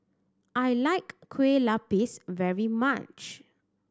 I like Kueh Lupis very much